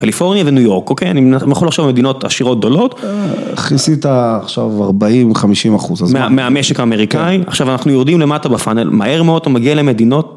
קליפורניה וניו יורק, אוקיי? אני מוכן לחשוב על מדינות עשירות גדולות. כיסית עכשיו 40-50 אחוז. אז מה? מהמשק האמריקאי. עכשיו אנחנו יורדים למטה בפאנל. מהר מאוד אתה מגיע למדינות.